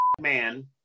man